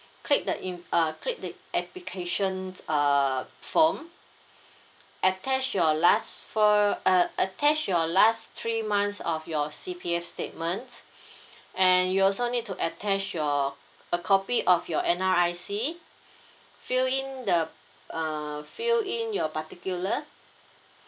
click the in~ uh click the applications err form attach your last four uh attach your last three months of your C_P_F statements and you also need to attach your a copy of your N_R_I_C fill in the uh fill in your particular